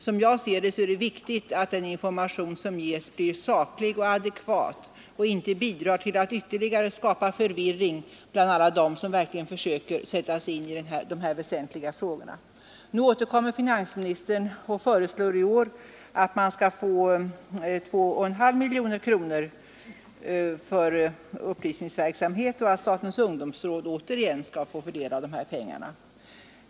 Som jag ser det är det viktigt att den information som ges blir saklig och adekvat och inte bidrar till att skapa ytterligare förvirring bland alla dem som verkligen försöker sätta sig in i dessa väsentliga frågor. Nu återkommer finansministern och föreslår att 2,5 miljoner kronor skall gå till upplysningsverksamhet och att statens ungdomsråd återigen skall få fördela pengarna.